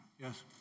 Yes